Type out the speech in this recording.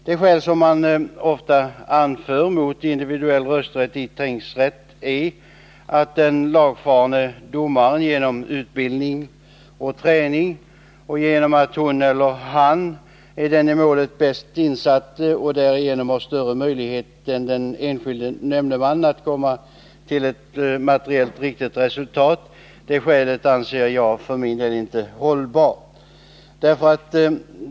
Det skäl som oftast anförs mot individuell rösträtt i tingsrätt är att den lagfarne domaren genom utbildning och träning och genom att hon eller han är den i målet bäst insatte har större möjligheter än den enskilde nämndemannen att komma till ett materiellt riktigt resultat. Det skälet anser jag för min del inte vara hållbart.